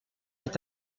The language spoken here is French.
est